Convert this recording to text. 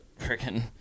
freaking